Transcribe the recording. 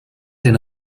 den